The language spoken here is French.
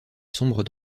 sombre